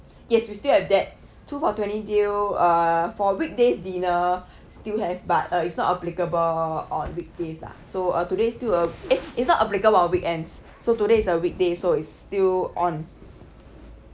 yes we still have that two for twenty deal uh for weekdays dinner still have but uh it's not applicable on weekdays lah so uh today's still uh eh it's not applicable on weekends so today is a weekday so it's still on